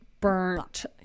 burnt